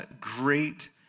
great